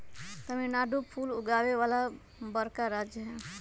तमिलनाडु फूल उगावे वाला बड़का राज्य हई